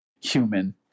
human